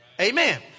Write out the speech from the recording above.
Amen